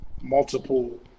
multiple